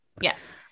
Yes